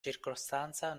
circostanza